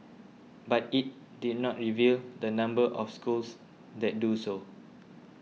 but it did not reveal the number of schools that do so